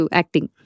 acting